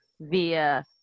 via